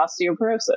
osteoporosis